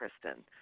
Kristen